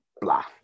blah